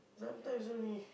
sometimes only